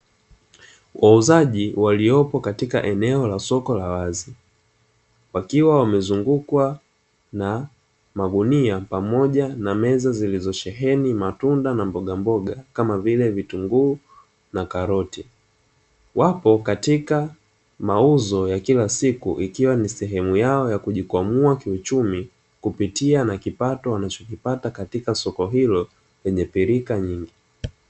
Wauzaji waliopo katika eneo la soko la wazi, wakiwa wamezungukwa na magunia pamoja na meza zilizosheheni matunda na mbogamboga kama vile: vitunguu na karoti, wapo katika mauzo ya kila siku ikiwa ni sehemu yao ya kujikwamua kiuchumi kupitia na kipato wanachokipata katika soko hilo lenye pilika nyingi.